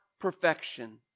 perfection